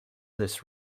this